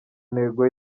ntego